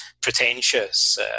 pretentious